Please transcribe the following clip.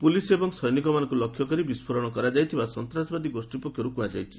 police ଏବଂ ସୈନିକମାନଙ୍କୁ ଲକ୍ଷ୍ୟ କରି ବିସ୍ଫୋରଣ କରାଯାଇଥିବା ସନ୍ତାସବାଦୀ ଗୋଷ୍ଠୀ ପକ୍ଷରୁ କୁହାଯାଇଛି